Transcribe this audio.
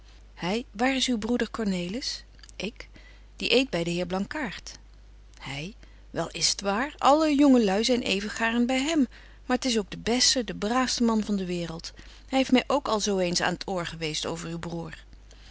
hy waar is uw broeder cornelis ik die eet by den heer blankaart hy wel is t waar alle jonge lui zyn even gaarn by hem maar t is ook de beste de braafste man van de waereld hy heeft my ook al zo eens aan t oor geweest over uw broêr